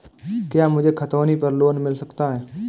क्या मुझे खतौनी पर लोन मिल सकता है?